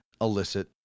illicit